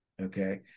Okay